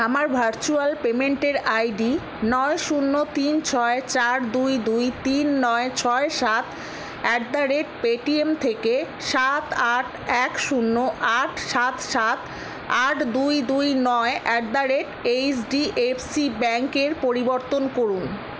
আমার ভার্চুয়াল পেমেন্টের I D নয় শূন্য তিন ছয় চার দুই দুই তিন নয় ছয় সাত at the rate Paytm থেকে সাত আট এক শূন্য আট সাত সাত আট দুই দুই নয় at the rate H D F C ব্যাংকের পরিবর্তন করুন